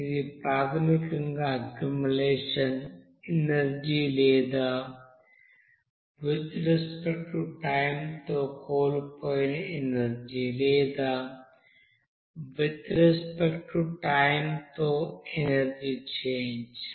ఇది ప్రాథమికంగా accumulation energy లేదా విత్ రెస్పెక్ట్ టు టైం తో కోల్పోయిన ఎనర్జీ లేదా విత్ రెస్పెక్ట్ టు టైం తో ఎనర్జీ చేంజ్